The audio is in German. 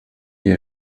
die